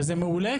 וזה מעולה,